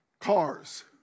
Cars